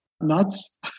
nuts